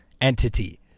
entity